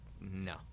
no